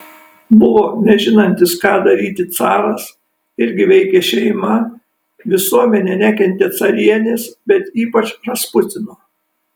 buvo nežinantis ką daryti caras irgi veikė šeima visuomenė nekentė carienės bet ypač rasputino